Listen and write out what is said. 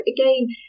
again